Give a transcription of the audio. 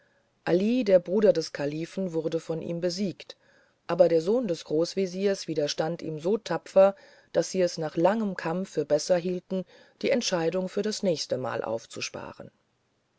ali der bruder des kalifen wurde von ihm besiegt aber der sohn des großwesirs widerstand ihm so tapfer daß sie es nach langem kampf für besser hielten die entscheidung für das nächste mal aufzusparen